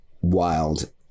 wild